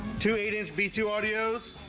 to eight-inch be to audios